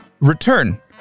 return